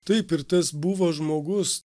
taip ir tas buvo žmogus